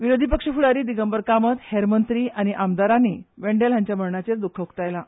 विरोधी पक्ष फुडारी दिगंबर कामत हेर मंत्री आनी आमदारांनी वेंडेल हांच्या मरणाचेर द्ख्ख उक्तायलां